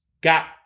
got